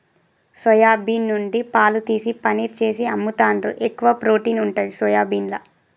soya bean నుండి పాలు తీసి పనీర్ చేసి అమ్ముతాండ్రు, ఎక్కువ ప్రోటీన్ ఉంటది సోయాబీన్ల